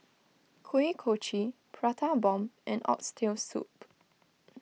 Kuih Kochi Prata and Bomb and Oxtail Soup